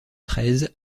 treize